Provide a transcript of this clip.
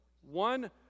one